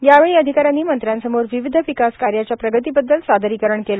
यावेळी अधिकाऱ्यांनी मंत्र्यांसमोर विविध विकास कार्यांच्या प्रगतीबददल सादरीकरण केले